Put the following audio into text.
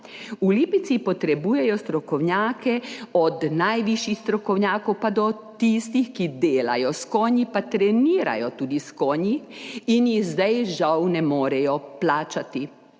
V Lipici potrebujejo strokovnjake, od najvišjih strokovnjakov pa do tistih, ki delajo s konji, pa tudi trenirajo s konji, in jih zdaj žal ne morejo plačati.